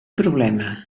problema